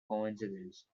coincidence